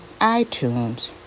iTunes